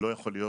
לא יכול להיות,